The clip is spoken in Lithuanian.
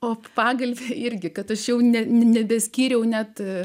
o pagalvė irgi kad aš jau nebeskyriau net